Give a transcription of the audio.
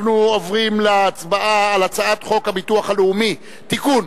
אנחנו עוברים להצבעה על הצעת חוק הביטוח הלאומי (תיקון,